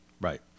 right